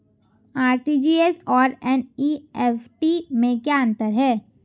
RTGS और NEFT में क्या अंतर है?